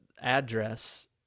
address